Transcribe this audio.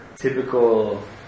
Typical